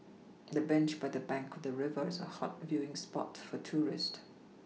the bench by the bank of the river is a hot viewing spot for tourist